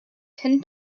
ten